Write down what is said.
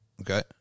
Okay